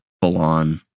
full-on